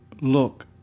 look